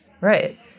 Right